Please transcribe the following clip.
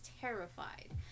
terrified